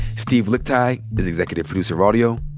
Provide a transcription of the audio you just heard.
steve lickteig is executive producer of audio.